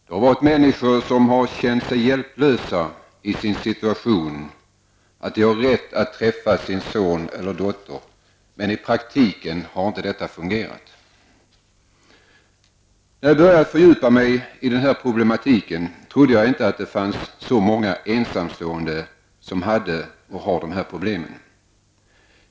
Det har varit människor som har känt sig hjälplösa i sin situation: de har rätt att träffa sin son eller dotter, men i praktiken har det inte fungerat. När jag började fördjupa mig i denna problematik trodde jag inte att det fanns så många ensamstående som hade och har dessa problem.